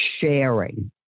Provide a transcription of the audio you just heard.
sharing